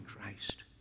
Christ